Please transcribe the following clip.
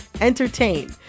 entertain